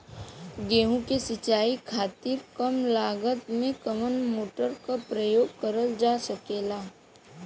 गेहूँ के सिचाई खातीर कम लागत मे कवन मोटर के प्रयोग करल जा सकेला?